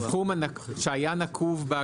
הסכום שהיה נקוב בהגדרה?